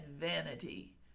vanity